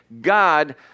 God